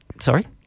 sorry